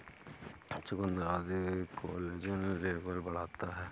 चुकुन्दर आदि collagen level बढ़ाता है